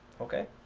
okay.